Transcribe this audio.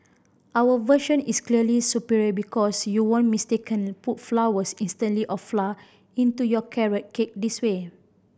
our version is clearly superior because you won't mistakenly put flowers of flour into your carrot cake this way